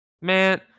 Man